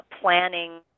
planning